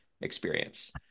experience